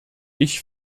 ich